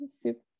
soup